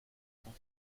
sont